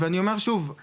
ואני אומר שוב,